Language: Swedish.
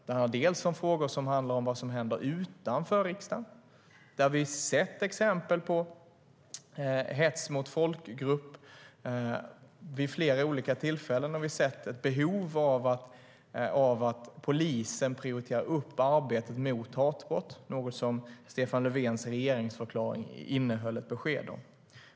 Det handlar också om vad som händer utanför riksdagen. Vi har sett exempel på hets mot folkgrupp vid flera olika tillfällen. Vi har sett ett behov av att polisen prioriterar upp arbetet mot hatbrott, något som Stefan Löfvens regeringsförklaring innehöll ett besked om.